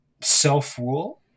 self-rule